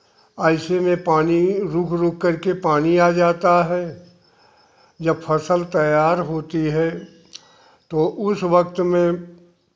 ऐसे में पानी रुक रुक कर के पानी आ जाता है जब फ़सल तैयार होती है तो उस वक्त में